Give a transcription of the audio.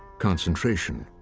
concentration,